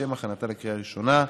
לשם הכנתה לקריאה ראשונה.